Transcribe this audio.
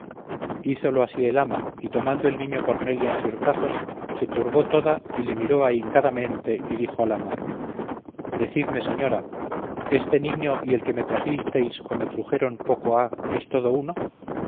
hízolo así el ama y tomando el niño cornelia en sus brazos se turbó toda y le miró ahincadamente y dijo al ama decidme señora este niño y el que me trajistes o me trujeron poco ha es todo uno